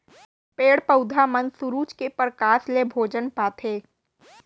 पेड़ पउधा मन सुरूज के परकास ले भोजन पाथें